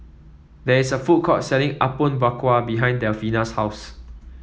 there is a food court selling Apom Berkuah behind Delfina's house